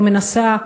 ומנסה,